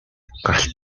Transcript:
галт